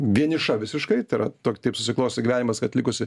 vieniša visiškai tai yra taip susiklostė gyvenimas kad likusi